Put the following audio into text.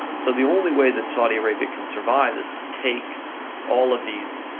so the only way that saudi arabia can survive is to take all of these